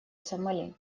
сомали